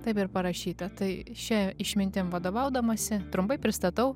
taip ir parašyta tai šia išmintim vadovaudamasi trumpai pristatau